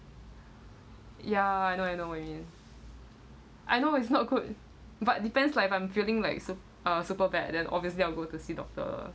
ya I know I know what you mean I know it's not good but depends like if I'm feeling like sup~ uh super bad then obviously I'll go to see doctor